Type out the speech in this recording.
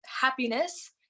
happiness